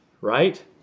right